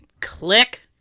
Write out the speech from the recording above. Click